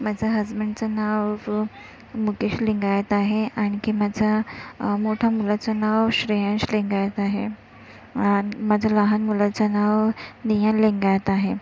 माझ्या हसबंडचं नाव मुकेश लिंगायत आहे आणखी माझं मोठ्या मुलाचं नाव श्रेयश लिंगायत आहे आणि माझ्या लहान मुलाचं नाव निहाल लिंगायत आहे